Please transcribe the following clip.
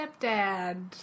stepdad